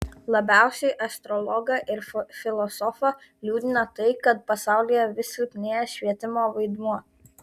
labiausiai astrologą ir filosofą liūdina tai kad pasaulyje vis silpnėja švietimo vaidmuo